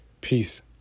Peace